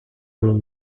will